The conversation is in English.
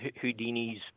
Houdini's